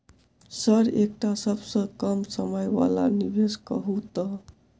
Sir एकटा सबसँ कम समय वला निवेश कहु तऽ?